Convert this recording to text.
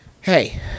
Hey